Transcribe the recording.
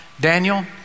Daniel